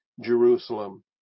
Jerusalem